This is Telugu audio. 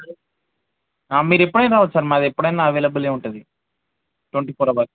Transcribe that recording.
మీరు ఎప్పుడైనా రావచ్చు సార్ మాది ఎప్పుడైనా అవైలబులే ఉంటుంది ట్వంటీ ఫోర్ అవర్స్